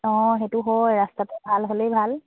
অঁ সেইটো হয় ৰাস্তাটো ভাল হ'লেই ভাল